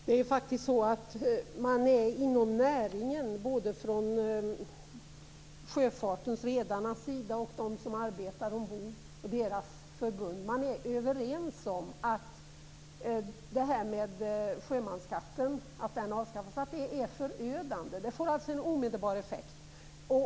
Herr talman! Både redarna och förbunden för dem som arbetar ombord är överens om att ett avskaffande av sjömansskatten är förödande. Det får en omedelbar effekt.